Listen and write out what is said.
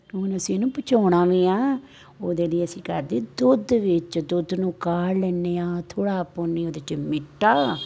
ਹੁਣ ਅਸੀਂ ਇਹਨੂੰ ਪਚਾਉਣਾ ਵੀ ਆਂ ਉਹਦੇ ਲਈ ਅਸੀਂ ਕਰਦੇ ਦੁੱਧ ਵਿੱਚ ਦੁੱਧ ਨੂੰ ਕਾੜ ਲੈਂਦੇ ਹਾਂ ਥੋੜ੍ਹਾ ਪਾਉਂਦੇ ਉਹਦੇ 'ਚ ਮਿੱਠਾ